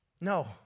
No